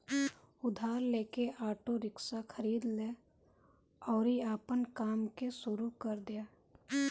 उधार लेके auto rickshaw खरीद लअ अउरी आपन काम के शुरू कर दअ